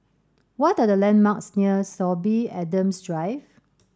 what are the landmarks near Sorby Adams Drive